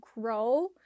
grow